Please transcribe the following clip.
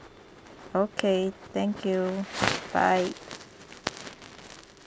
okay thank you bye